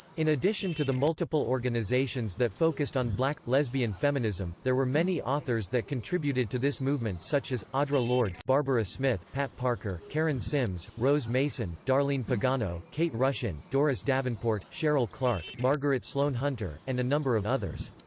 in addition to the multiple organizations that focused on black, lesbian feminism, there were many authors that contributed to this movement such as, audre lorde, barbara smith, pat parker, karen sims, rose mason, darlene pagano, kate rushin, doris davenport, cheryl clarke, margaret sloan-hunter, and a number of others.